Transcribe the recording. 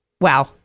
Wow